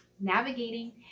Navigating